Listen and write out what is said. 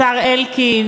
השר אלקין,